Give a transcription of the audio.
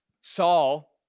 Saul